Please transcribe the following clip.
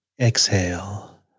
Exhale